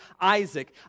Isaac